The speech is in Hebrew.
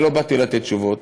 לא באתי לתת תשובות,